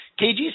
KG's